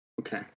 Okay